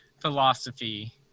philosophy